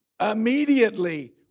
Immediately